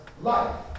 life